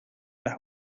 las